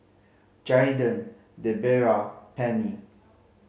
Jaiden Debera Penny